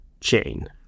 chain